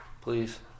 Please